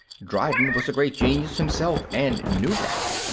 dryden was a great genius himself, and knew better.